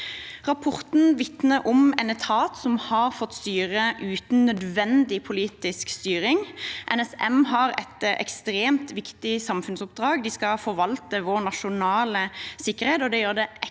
Rapporten vitner om en etat som har fått styre uten nødvendig politisk styring. NSM har et ekstremt viktig samfunnsoppdrag – de skal forvalte vår nasjonale sikkerhet. Det gjør det ekstra